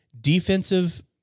Defensive